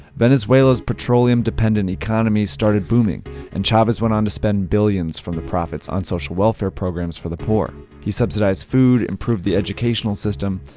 venezuela's petroleum dependent economy started booming and chavez went on to spend billions from the profits on social-welfare programs for the poor. he subsidized food, improved the educational system,